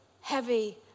heavy